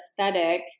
aesthetic